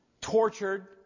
Tortured